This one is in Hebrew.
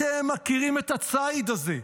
אתם מכירים את הציד הזה.